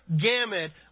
gamut